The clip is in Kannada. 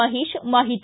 ಮಹೇಶ್ ಮಾಹಿತಿ